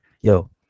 Yo